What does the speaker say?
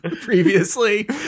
previously